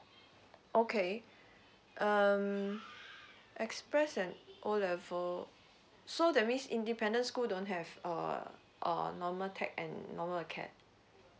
okay um express and O level so that means independent school don't have uh uh normal and normal